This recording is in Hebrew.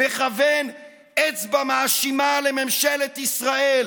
מכוון אצבע מאשימה לממשלת ישראל,